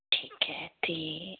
ਠੀਕ ਹੈ ਅਤੇ